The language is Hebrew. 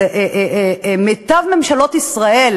מיטב ממשלות ישראל